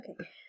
okay